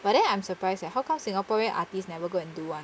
but then I'm surprised eh how come singaporean artist never go and do [one]